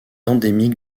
endémique